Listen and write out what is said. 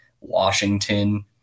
Washington